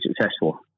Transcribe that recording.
successful